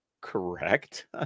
correct